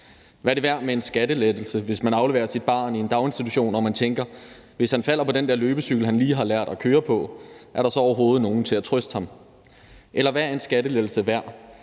Hvad er det værd med en skattelettelse, hvis man afleverer sit barn i en daginstitution og man tænker: Hvis han falder på den der løbecykel, han lige har lært at køre på, er der så overhovedet nogen til at trøste ham? Eller hvad er en skattelettelse værd,